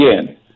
again